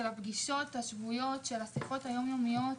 עם הפגישות השבועיות, השיחות היום-יומיות.